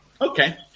Okay